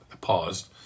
paused